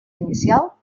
inicial